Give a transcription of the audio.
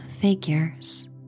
figures